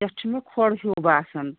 یَتھ چھُ مےٚ کھۄڈ ہیوٗ باسان